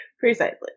Precisely